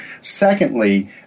Secondly